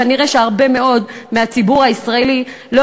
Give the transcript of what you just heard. כנראה שהרבה מאוד מהציבור הישראלי לא